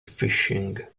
phishing